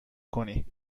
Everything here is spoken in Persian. کنی